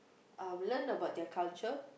uh learn about their culture